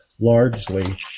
largely